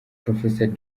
professor